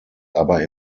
aber